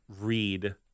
read